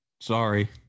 Sorry